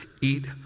eat